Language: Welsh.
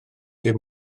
dim